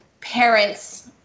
parents